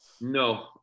No